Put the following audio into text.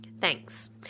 Thanks